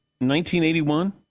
1981